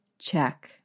Check